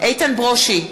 איתן ברושי,